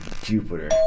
Jupiter